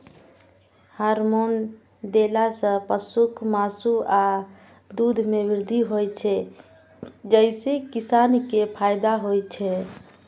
hormone देला सं पशुक मासु आ दूध मे वृद्धि होइ छै, जइसे किसान कें फायदा होइ छै